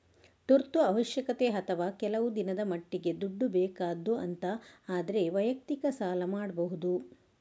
ತುರ್ತು ಅವಶ್ಯಕತೆ ಅಥವಾ ಕೆಲವು ದಿನದ ಮಟ್ಟಿಗೆ ದುಡ್ಡು ಬೇಕಾದ್ದು ಅಂತ ಆದ್ರೆ ವೈಯಕ್ತಿಕ ಸಾಲ ಮಾಡ್ಬಹುದು